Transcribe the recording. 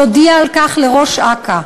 יודיע על כך לראש אכ"א.